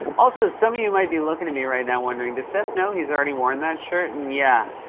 also, some of you might be looking at me right now, wondering, does seth know he's already worn that shirt? and yeah,